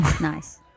Nice